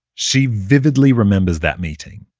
she vividly remembers that meeting.